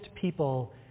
people